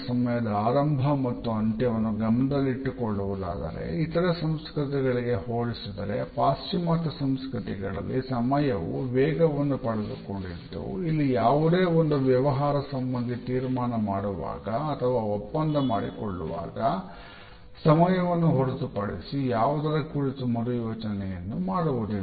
ಸಮಯದ ಆರಂಭ ಮತ್ತು ಅಂತ್ಯವನ್ನು ಗಮನದಲ್ಲಿಟ್ಟುಕೊಳ್ಳುವುದಾದರೆ ಇತರೆ ಸಂಸ್ಕೃತಿಗಳಿಗೆ ಹೋಲಿಸಿದರೆ ಪಾಶ್ಚಿಮಾತ್ಯ ಸಂಸ್ಕೃತಿಗಳಲ್ಲಿ ಸಮಯವು ವೇಗವನ್ನು ಪಡೆದುಕೊಂಡಿದ್ದು ಇಲ್ಲಿ ಯಾವುದೇ ಒಂದು ವ್ಯವಹಾರ ಸಂಬಂಧಿ ತೀರ್ಮಾನ ಮಾಡುವಾಗ ಅಥವಾ ಒಪ್ಪಂದ ಮಾಡಿಕೊಳ್ಳುವಾಗ ಸಮಯವನ್ನು ಹೊರತುಪಡಿಸಿ ಯಾವುದರ ಕುರಿತು ಮರುಯೋಚನೆಯನ್ನು ಮಾಡುವುದಿಲ್ಲ